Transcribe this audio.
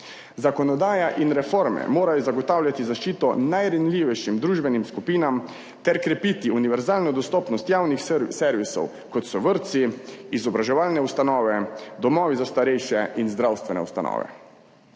Zakonodaja in reforme morajo zagotavljati zaščito najranljivejšim družbenim skupinam ter krepiti univerzalno dostopnost javnih servisov, kot so vrtci, izobraževalne ustanove, domovi za starejše in zdravstvene ustanove.